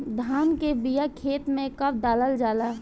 धान के बिया खेत में कब डालल जाला?